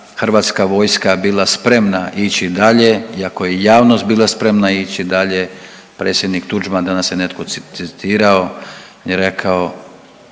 Hrvatska vojska bila spremna ići dalje, iako je javnost bila spremna ići dalje, predsjednik Tuđman, danas je netko citirao je rekao,